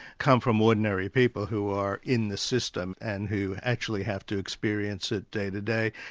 come from ordinary people who are in the system and who actually have to experience it day to day,